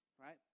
right